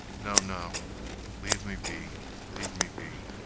no no leave me be leave me be